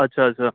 আচ্ছা আচ্ছা